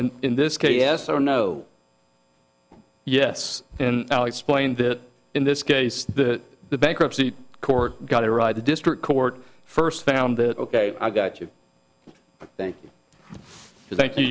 in in this case yes or no yes i explained it in this case the bankruptcy court got to ride the district court first found it ok i got you thank you thank you